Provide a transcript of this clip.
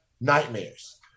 nightmares